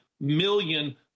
million